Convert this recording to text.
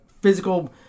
physical